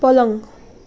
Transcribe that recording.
पलङ